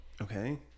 Okay